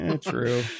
True